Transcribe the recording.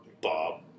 Bob